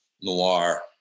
noir